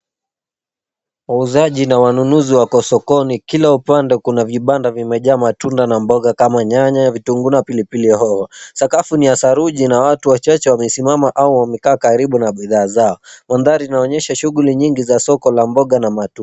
Wauzaji na wanunuzi wako sokoni. Kila upande kuna vibanda vimejaa matunda na mboga kama nyanya, vitunguu na pilipili hoho. Sakafu ni ya saruji na watu wachache wamesimama au wamekaa karibu na bidhaa zao. Mandhari inaonyesha shughuli nyingi za soko la mboga na matunda.